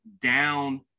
down